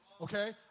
okay